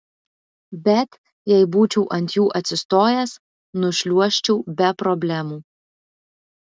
bet jei būčiau ant jų atsistojęs nušliuožčiau be problemų